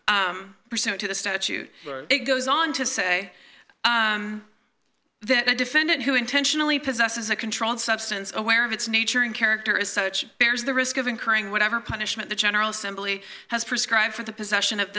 prove present to the statute or it goes on to say that a defendant who intentionally possesses a controlled substance aware of its nature and character as such there's the risk of incurring whatever punishment the general assembly has prescribed for the possession of